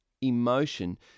emotion